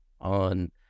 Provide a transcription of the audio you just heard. on